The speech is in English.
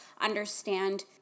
understand